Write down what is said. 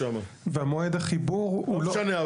והמועד החיבור הוא לא --- לא משנה,